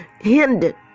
hindered